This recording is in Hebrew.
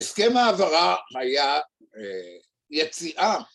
‫הסכם ההעברה היה יציאה.